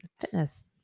fitness